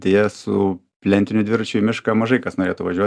deja su plentiniu dviračiu į mišką mažai kas norėtų važiuot